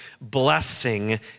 Blessing